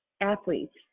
athletes